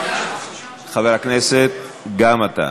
חבר הכנסת, גם אתה.